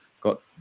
got